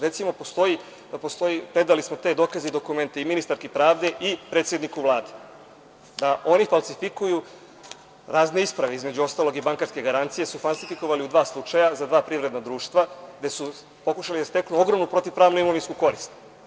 Recimo, postoji, predali smo te dokaze i dokumenta i ministarski pravde i predsedniku Vlade, da oni falsifikuju razne isprave, između ostalog i bankarske garancije su falsifikovali u dva slučaja, za dva privredna društva, gde su pokušali da steknu ogromnu protivpravnu imovinsku korist.